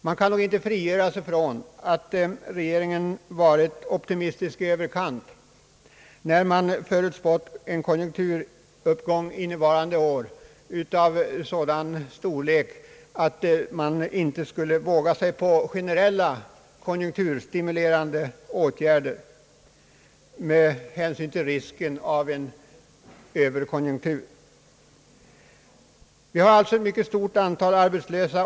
Man kan nog inte frigöra sig ifrån att regeringen varit optimistisk i överkant, när den förutspått en konjunkturuppgång innevarande år av sådan storlek att man inte skulle våga sig på generella konjunkturstimulerande åtgärder med hänsyn till risken för en överkonjunktur. Det finns alltså ett mycket stort antal arbetslösa.